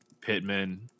Pittman